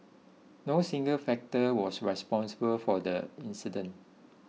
no single factor was responsible for the incident